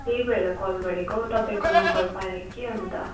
त्यही भएर कल गरेको हौ तपाईँको नम्बर पाएँ कि अन्त